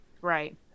right